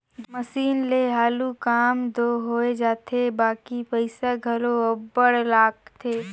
machine ले हालु काम दो होए जाथे बकि पइसा घलो अब्बड़ लागथे